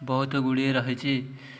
ବହୁତ ଗୁଡ଼ିଏ ରହିଛି